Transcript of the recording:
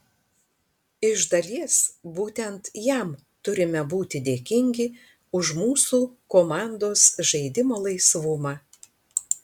iš dalies būtent jam turime būti dėkingi už mūsų komandos žaidimo laisvumą